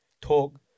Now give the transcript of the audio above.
talk